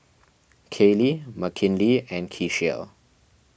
Kaylie Mckinley and Keshia